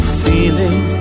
feeling